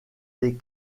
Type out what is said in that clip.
des